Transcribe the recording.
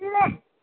न